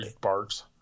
barks